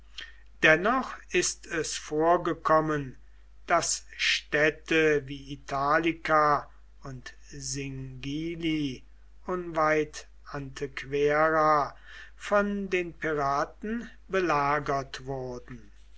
dennoch ist es vorgekommen daß städte wie italica und singili unweit antequera von den piraten belagert wurden